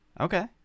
Okay